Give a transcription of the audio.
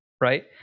right